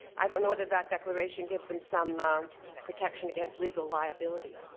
i don't know whether that declaration gives them some protection against legal liability.